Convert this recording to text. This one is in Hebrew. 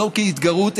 לא כהתגרות,